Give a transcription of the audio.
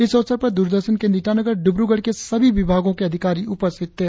इस अवसर पर दूरदर्शन केंद्र ईटानगर और डिब्रुगढ़ के सभी विभागों के अधिकारी उपस्थित थे